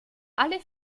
alle